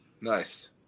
Nice